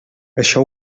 això